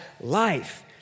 life